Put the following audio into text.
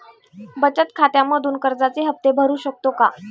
बचत खात्यामधून कर्जाचे हफ्ते भरू शकतो का?